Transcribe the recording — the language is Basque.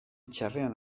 txarrean